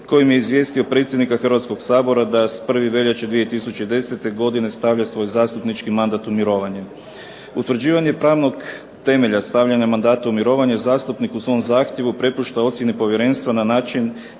kojim je izvjestio predsjednika Hrvatskoga sabora da s 1. veljače 2010. godine stavlja svoj zastupnički mandat u mirovanje. Utvrđivanje pravnog temelja stavljanja mandata u mirovanje zastupnik u svom zahtjevu prepušta ocjeni povjerenstva na način